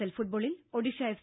L ഫുട്ബോളിൽ Odisha F